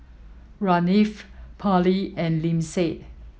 Parley and Lyndsay